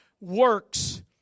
works